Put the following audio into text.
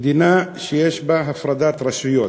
מדינה שיש בה הפרדת רשויות,